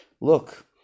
look